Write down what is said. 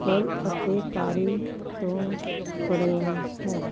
ਫੁੱਲ ਅਤੇ ਕਾਰੀ ਤੋਂ ਬਣਿਆ ਹੈ